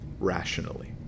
rationally